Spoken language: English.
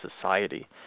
Society